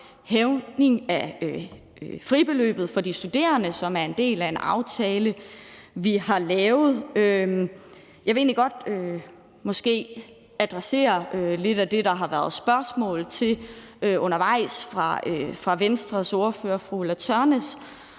hævelse af fribeløbet for de studerende, som er en del af en aftale, vi har lavet. Jeg vil egentlig godt adressere lidt af det, der har været spørgsmål om undervejs fra Venstres ordfører, fru Ulla Tørnæs,